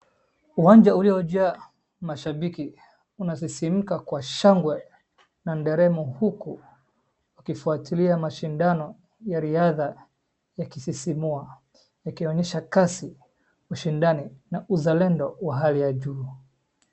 Uwanja uliojaa mashabiki unasisimka kwa shangwe na nderemo huku wakifuatilia mashindano ya riadhaa yakisisimua ikionyesha kasi, ushindani na uzalendo wa hali ya juu.